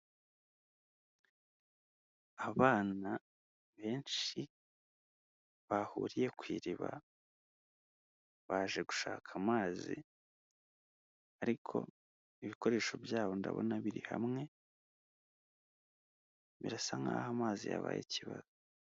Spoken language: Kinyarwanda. Abana benshi bahuriye ku iriba baje gushaka amazi, ariko ibikoresho byabo ndabona biri hamwe birasa nkaho amazi yabaye ikibazo.